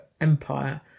empire